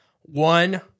One